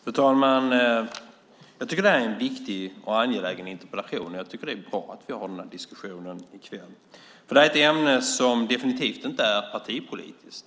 Fru talman! Jag tycker att det här är en viktig och angelägen interpellation. Jag tycker att det är bra att vi har den här diskussionen i kväll, för det här är ett ämne som definitivt inte är partipolitiskt.